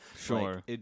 Sure